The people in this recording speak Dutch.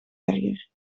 erger